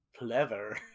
pleather